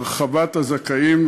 להרחבת הזכאות,